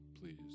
please